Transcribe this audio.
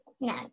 No